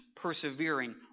persevering